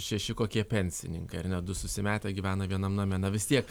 šeši kokie pensininkai ar ne du susimetę gyvena vienam name na vis tiek